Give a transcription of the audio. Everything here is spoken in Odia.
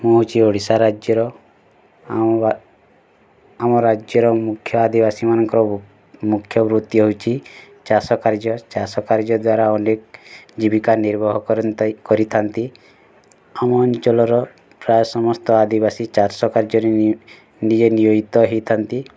ମୁଁ ହେଉଛି ଓଡ଼ିଶା ରାଜ୍ୟର ଆମ ରାଜ୍ୟର ମୁଖ୍ୟ ଆଦିବାସୀ ମାନଙ୍କର ମୁଖ୍ୟ ବୃତ୍ତି ହେଉଛି ଚାଷ କାର୍ଯ୍ୟ ଚାଷ କାର୍ଯ୍ୟ ଦ୍ୱାରା ଅନେକ ଜୀବିକା ନିର୍ବାହ କରିଥାନ୍ତି ଆମ ଅଞ୍ଚଳର ପ୍ରାୟ ସମସ୍ତ ଆଦିବାସୀ ଚାଷ କାର୍ଯ୍ୟରେ ନିଜେ ନିୟୋଜିତ ହେଇଥାନ୍ତି